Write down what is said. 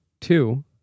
Two